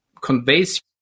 conveys